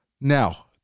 now